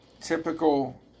Typical